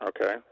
Okay